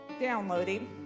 downloading